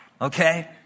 okay